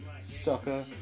Sucker